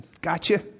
Gotcha